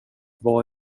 vad